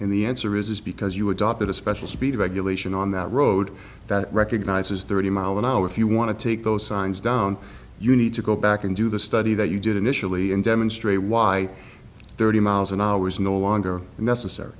and the answer is because you adopted a special speed regulation on that road that recognizes thirty mile an hour if you want to take those signs down you need to go back and do the study that you did initially and demonstrate why thirty miles an hour is no longer necessary